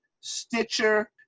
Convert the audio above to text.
Stitcher